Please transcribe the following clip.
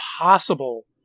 impossible